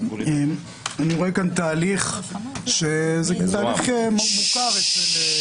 לגבי ניהול ישיבה, ניהלתי הרבה מאוד ישיבות